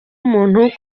umuntu